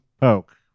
Poke